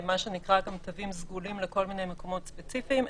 מה שנקרא גם תווים סגולים לכל מיני מקומות ספציפיים.